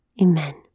Amen